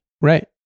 Right